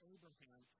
Abraham